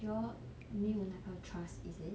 you all 没有那个 trust is it